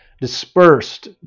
dispersed